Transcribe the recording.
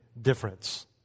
difference